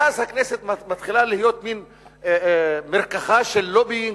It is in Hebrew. ואז הכנסת מתחילה להיות מין מרקחה של לובינג,